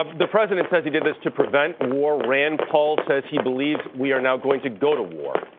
ah the president says he did this to prevent war. rand paul says he believes we are now going to go to war.